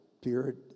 period